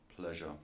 pleasure